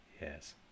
Yes